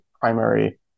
primary